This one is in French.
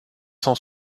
cent